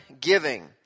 giving